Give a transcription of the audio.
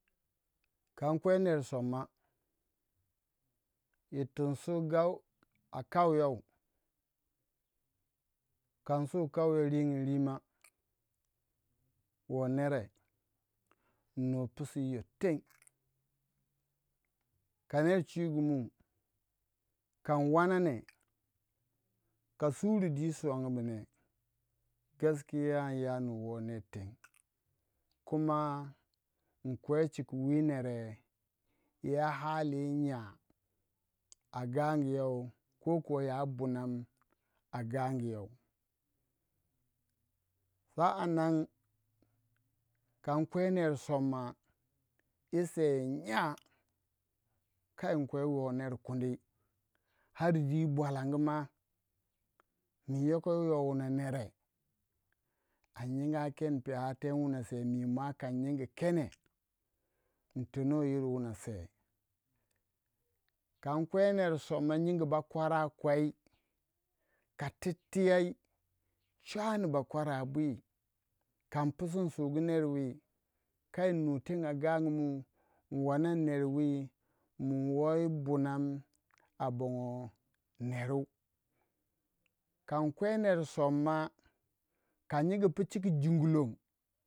Kam kwe nor sama yitu insu a kau you kan su kau you tkan su kau yau a ringin rima wo nere innu psiu iyo teng ka neer chwigumu kan wanane ka su bu dwi suwangu bu ne gaskiya inya nu wo ner teng kuma inkwe cika wi ner ya hali wu nya ko ya bunam yau kon kwe ner soma yi sei wu nya ln kwe woh ner kundi har dwi bu bwalangi mah yokoh yoh wuna nere a nyinga ken piyau ten wuna sei mi mwa kan nyingi kene in tene yir wuna sei. kan kwe nere soma nyingi bakwara kwai ka tittei chwani bakwara bwi kan pusu insugu nerwi ln nu teng gangu mu ln wanan nor wi min wei bu nan bongo neru kan kwe ner soma ka nyingi pu chuku jungulon chiku your.